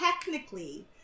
technically